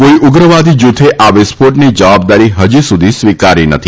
કોઈ ઉગ્રવાદી જૂથે આ વિસ્ફોટની જવાબદારી હજી સુધી સ્વીકારી નથી